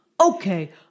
okay